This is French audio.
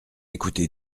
écouté